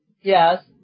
Yes